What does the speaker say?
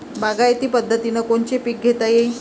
बागायती पद्धतीनं कोनचे पीक घेता येईन?